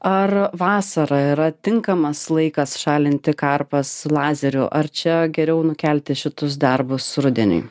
ar vasara yra tinkamas laikas šalinti karpas lazeriu ar čia geriau nukelti šitus darbus rudeniui